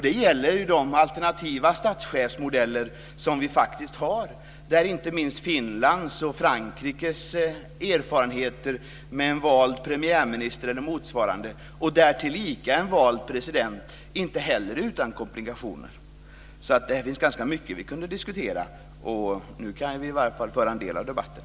Det gäller de alternativa statschefsmodeller som vi faktiskt har, där inte minst Finlands och Frankrikes erfarenheter med en vald premiärminister eller motsvarande och därtill en vald president, inte heller är utan komplikationer. Här finns ganska mycket vi kan diskutera. Nu kan vi i varje fall föra en del av debatten.